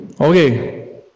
Okay